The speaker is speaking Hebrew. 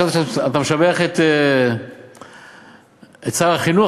חשבת שאתה משבח את שר החינוך?